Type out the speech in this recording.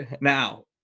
now